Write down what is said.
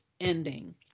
ending